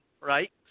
right